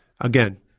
again